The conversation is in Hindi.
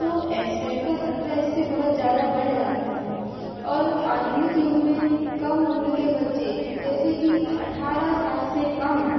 तो एक्सीडेंट का खतरा इससे बहुत ज्यादा बढ़ जाता है और आधुनिक युग में कम उम्र के बच्चे जैसे कि अट्ठारह साल से कम